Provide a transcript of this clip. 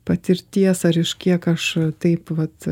patirties ar iš kiek aš taip vat